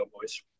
boys